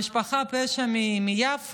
משפחת הפשע מיפו,